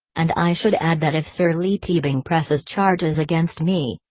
and i should add that if sir leigh teabing presses charges against me,